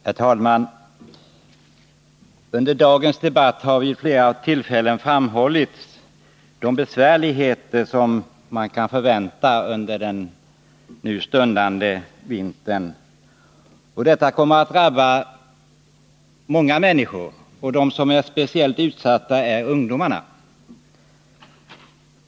Herr talman! Under dagens debatt har vid flera tillfällen framhållits de besvärligheter som man kan förvänta under den stundande vintern. De kommer att drabba många människor, och speciellt utsatta är ungdomarna.